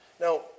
now